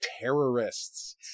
terrorists